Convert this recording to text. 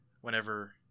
whenever